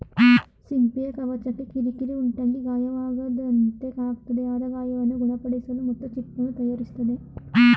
ಸಿಂಪಿಯ ಕವಚಕ್ಕೆ ಕಿರಿಕಿರಿ ಉಂಟಾಗಿ ಗಾಯವಾದಂತೆ ಆಗ್ತದೆ ಆದ ಗಾಯವನ್ನು ಗುಣಪಡಿಸಲು ಮುತ್ತು ಚಿಪ್ಪನ್ನು ತಯಾರಿಸ್ತದೆ